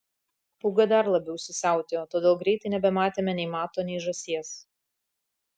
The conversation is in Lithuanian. pūga dar labiau įsisiautėjo todėl greitai nebematėme nei mato nei žąsies